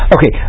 Okay